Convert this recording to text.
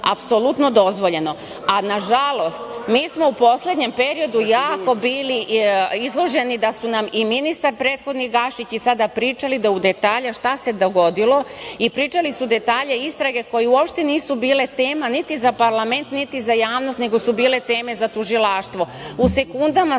apsolutno dozvoljeno, a na žalost, mi smo u poslednjem periodu jako bili izloženi da su nam i prethodni ministar Gašić i sada pričali do detalja šta se dogodilo, i pričali su detalje istrage koji uopšte nisu bile tema niti za parlament niti za javnost nego su bile teme za tužilaštvo i u sekundama